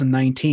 2019